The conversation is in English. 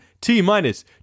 T-minus